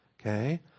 okay